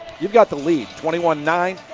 you got the lead, twenty one nine.